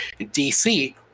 DC